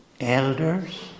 elders